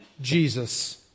Jesus